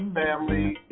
family